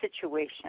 situation